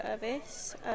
service